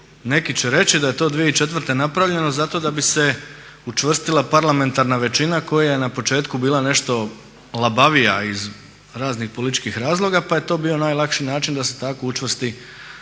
Neki će reći da je to 2004. napravljeno zato da bi se učvrstila parlamentarna većina koja je na početku bila nešto labavija iz raznih političkih razloga, pa je to bio najlakši način da se tako učvrsti